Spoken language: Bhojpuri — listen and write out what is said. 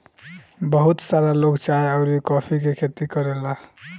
बहुत सारा लोग चाय अउरी कॉफ़ी के खेती करेला